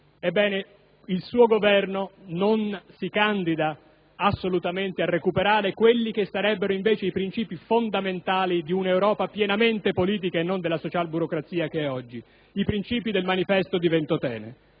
Ebbene, il suo Governo non si candida assolutamente a recuperare quelli che sarebbero i princìpi fondamentali di un'Europa pienamente politica e non della socialburocrazia che è oggi: i princìpi del Manifesto di Ventotene,